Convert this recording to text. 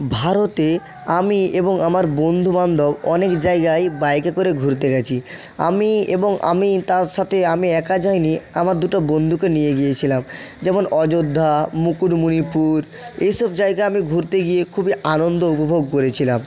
ভারতে আমি এবং আমার বন্ধু বান্ধব অনেক জায়গায় বাইকে করে ঘুরছে গেছি আমি এবং আমি তার সাথে আমি একা যাই নি আমরা দুটো বন্দুকে নিয়ে গিয়েছিলাম যেমন অযোধ্যা মুকুটমণিপুর এইসব জায়গা আমি ঘুরতে গিয়ে খুবই আনন্দ উপভোগ করেছিলাম